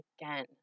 again